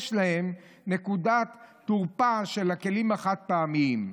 יש להם נקודת תורפה" של הכלים החד-פעמיים,